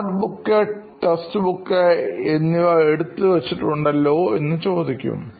note book test book എന്നിവ എടുത്തു വച്ചിട്ടുണ്ടല്ലോ എന്ന് ചോദിക്കും